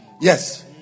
Yes